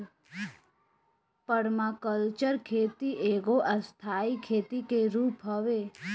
permaculture खेती एगो स्थाई खेती के रूप हवे